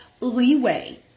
leeway